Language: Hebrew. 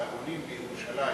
היה צריך גם לגבי צהרונים בירושלים.